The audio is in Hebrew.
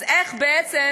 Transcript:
אז איך בעצם